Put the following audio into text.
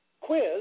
quiz